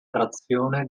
trazione